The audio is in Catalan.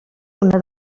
una